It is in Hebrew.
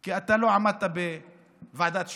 כי לא עמדת בוועדת שליש.